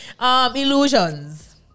Illusions